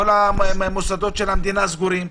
כל המוסדות של המדינה סגורים.